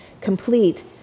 complete